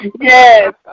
Yes